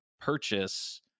purchase